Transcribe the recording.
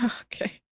okay